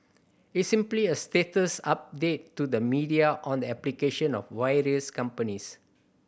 it's simply a status update to the media on the application of various companies